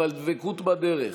אבל דבקות בדרך,